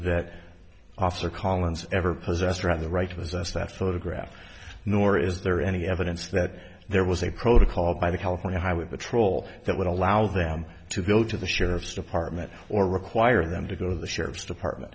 that officer collins ever possessed or of the right with us that photograph nor is there any evidence that there was a protocol by the california highway patrol that would allow them to go to the sheriff's department or require them to go to the sheriff's department